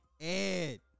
Ed